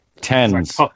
tens